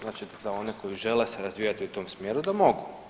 Znači za one koji žele se razvijati u tom smjeru da mogu.